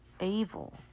evil